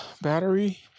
battery